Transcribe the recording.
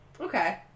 Okay